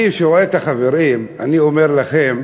אני, שרואה את החברים, אני אומר לכם,